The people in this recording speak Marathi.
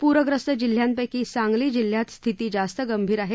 पूरग्रस्त जिल्ह्यांपैकी सांगली जिल्ह्याची स्थिती जास्त गंभीर आहे